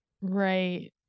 Right